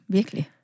Virkelig